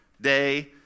day